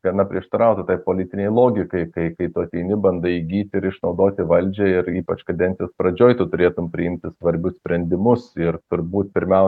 gana prieštarautų tai politinei logikai kai kai tu ateini bandai įgyti ir išnaudoti valdžią ir ypač kadencijos pradžioj tu turėtumei priimti svarbius sprendimus ir turbūt pirmiau